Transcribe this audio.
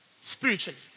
spiritually